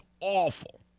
awful